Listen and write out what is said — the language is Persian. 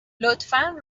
لطفا